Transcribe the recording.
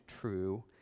true